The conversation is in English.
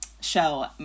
show